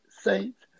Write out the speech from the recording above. saints